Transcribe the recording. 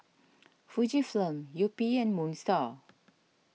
Fujifilm Yupi and Moon Star